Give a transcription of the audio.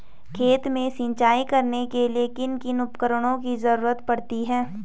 खेत में सिंचाई करने के लिए किन किन उपकरणों की जरूरत पड़ती है?